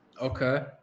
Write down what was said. Okay